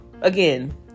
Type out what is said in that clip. again